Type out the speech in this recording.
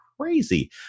crazy